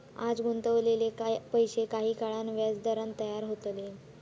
आज गुंतवलेले पैशे काही काळान व्याजदरान तयार होतले